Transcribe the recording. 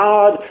God